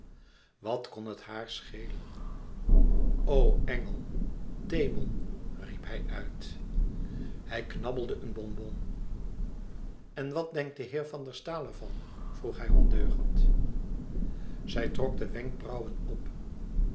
wat kon het haar schelen o engel demon riep hij uit hij knabbelde een bonbon en wat denkt de heer van der staal ervan vroeg hij ondeugend zij trok de wenkbrauwen op